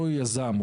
אותו יזם,